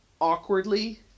awkwardly